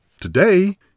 Today